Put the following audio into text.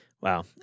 Wow